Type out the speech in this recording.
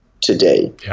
today